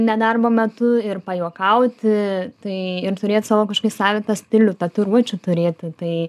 nedarbo metu ir pajuokauti tai ir turėt savo kažkokį savitą stilių tatuiruočių turėti tai